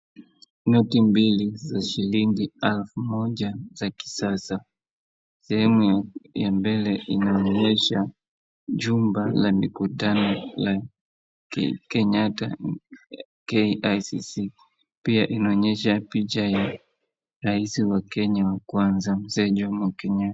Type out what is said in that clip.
Noti mbili za shilingi elfu moja za kisasa. Sehemu ya mbele inaonyesha jumba la mikutano la Kenyatta KICC pia inaonyesha picha ya rais wa Kenya wa kwanza Mzee Jomo Kenyatta.